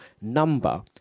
number